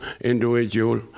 individual